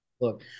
look